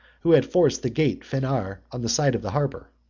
who had forced the gate phenar on the side of the harbor.